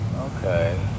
okay